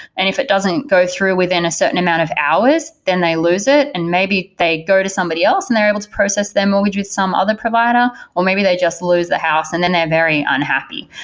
and if it doesn't go through within a certain amount of hours, then they lose it and maybe they go to somebody else and they're able to process their mortgage with some other provider or maybe they just lose the house and then they're very unhappy.